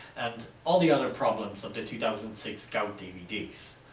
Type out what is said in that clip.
and all the other problems of the two thousand and six gout dvds.